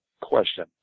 question